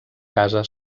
casa